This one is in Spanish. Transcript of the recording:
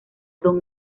don